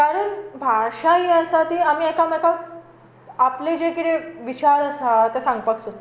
कारण भाशा ही आसा ती आमी एकामेकांक आपले जे कितें विचार आसा ते सांगपाक सोदता